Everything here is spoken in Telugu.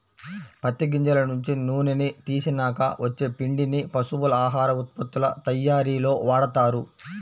పత్తి గింజల నుంచి నూనెని తీసినాక వచ్చే పిండిని పశువుల ఆహార ఉత్పత్తుల తయ్యారీలో వాడతారు